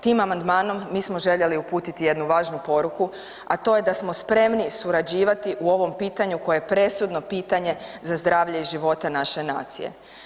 Tim amandmanom mi smo željeli uputiti jednu važnu poruku, a to je da smo spremni surađivati u ovom pitanju koje je presudno pitanje za zdravlje i živote naše nacije.